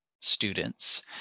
students